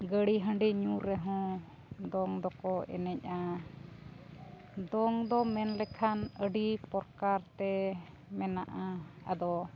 ᱜᱟᱹᱲᱤ ᱦᱟᱺᱰᱤ ᱧᱩ ᱨᱮᱦᱚᱸ ᱫᱚᱝ ᱫᱚᱠᱚ ᱮᱱᱮᱡᱼᱟ ᱫᱚᱝ ᱫᱚ ᱢᱮᱱ ᱞᱮᱠᱷᱟᱱ ᱟᱹᱰᱤ ᱯᱨᱚᱠᱟᱨ ᱛᱮ ᱢᱮᱱᱟᱜᱼᱟ ᱟᱫᱚ